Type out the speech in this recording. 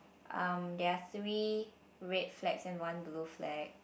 um there are three red flags and one blue flag